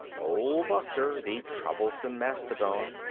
old buster, the troublesome mastodon,